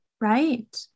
Right